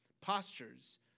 postures